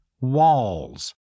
walls